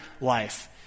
life